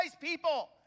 people